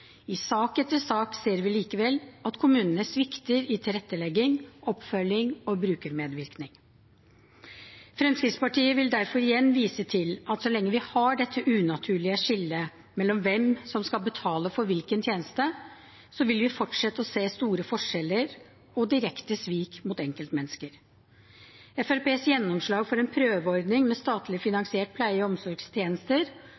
I sak etter sak ser vi likevel at kommunene svikter i tilrettelegging, oppfølging og brukermedvirkning. Fremskrittspartiet vil derfor igjen vise til at så lenge vi har dette unaturlige skillet mellom hvem som skal betale for hvilken tjeneste, vil vi fortsette å se store forskjeller og direkte svik mot enkeltmennesker. Fremskrittspartiets gjennomslag for en prøveordning med statlig